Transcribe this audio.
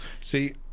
See